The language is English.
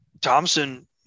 Thompson